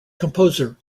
composer